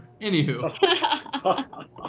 Anywho